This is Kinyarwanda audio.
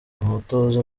umutoza